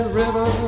river